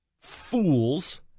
fools